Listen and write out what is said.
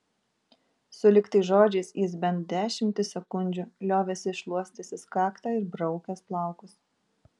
sulig tais žodžiais jis bent dešimtį sekundžių liovėsi šluostęsis kaktą ir braukęs plaukus